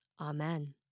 Amen